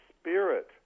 spirit